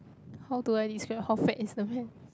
how do I describe how fat is the man